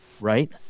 Right